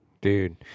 Dude